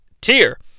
tier